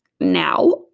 Now